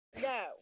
No